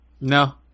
No